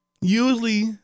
usually